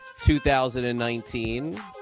2019